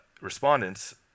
respondents